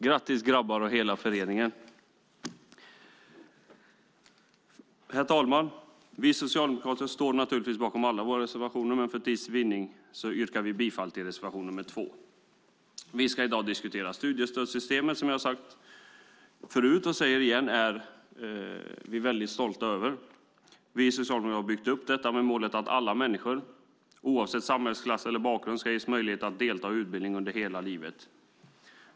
Grattis grabbar och hela föreningen! Herr talman! Vi socialdemokrater står bakom alla våra reservationer, men för tids vinnande yrkar jag bifall bara till reservation nr 2. Vi ska i dag debattera studiestödssystemet som vi, vilket jag sagt förut, är mycket stolta över. Vi socialdemokrater har byggt upp det med målet att alla människor oavsett samhällsklass eller bakgrund ska ges möjlighet att delta i utbildning under hela livet.